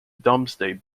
domesday